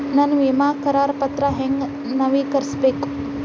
ನನ್ನ ವಿಮಾ ಕರಾರ ಪತ್ರಾ ಹೆಂಗ್ ನವೇಕರಿಸಬೇಕು?